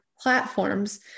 platforms